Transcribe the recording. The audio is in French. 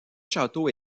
château